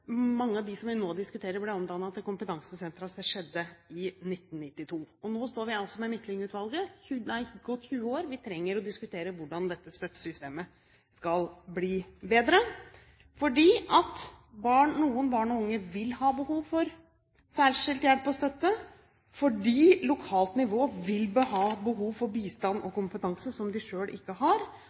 av spesialskoler – da mange av dem vi nå diskuterer, ble omdannet til kompetansesentre – skjedde i 1992. Nå står vi altså med Midtlyng-utvalget. Det er gått 20 år. Vi trenger å diskutere hvordan dette støttesystemet skal bli bedre – fordi noen barn og unge vil ha behov for særskilt hjelp og støtte, fordi lokalt nivå vil ha behov for bistand og kompetanse som de selv ikke har,